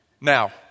Now